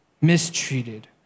mistreated